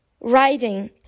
writing